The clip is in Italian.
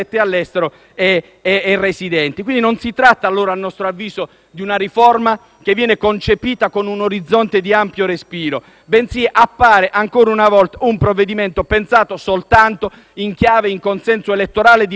di una riforma con un orizzonte di ampio respiro, bensì, ancora una volta, di un provvedimento pensato soltanto in chiave di consenso elettorale e di propaganda contro i veri o presunti privilegi della politica e dei politici.